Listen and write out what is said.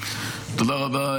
תודה רבה.